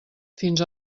fins